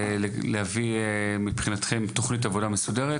להביא מבחינתכם תוכנית עבודה מסודרת